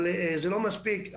אבל זה לא מספיק.